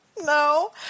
No